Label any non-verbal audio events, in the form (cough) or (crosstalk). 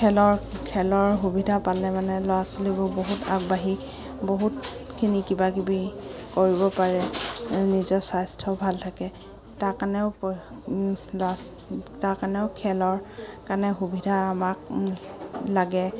খেলৰ খেলৰ সুবিধা পালে মানে ল'ৰা ছোৱালীবোৰ বহুত আগবাঢ়ি বহুতখিনি কিবা কিবি কৰিব পাৰে নিজৰ স্বাস্থ্য ভাল থাকে তাৰ কাৰণেও (unintelligible) তাৰ কাৰণেও খেলৰ কাৰণে সুবিধা আমাক লাগে